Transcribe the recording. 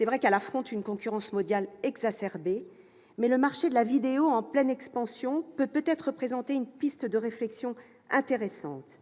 Elle affronte une concurrence mondiale exacerbée, mais le marché de la vidéo, en pleine expansion, peut représenter une piste de réflexion intéressante.